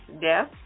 death